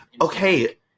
Okay